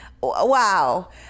wow